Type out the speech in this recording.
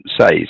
says